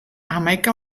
hamaika